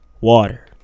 Water